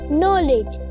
knowledge